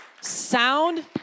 sound